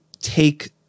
take